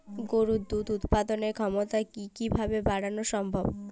গরুর দুধ উৎপাদনের ক্ষমতা কি কি ভাবে বাড়ানো সম্ভব?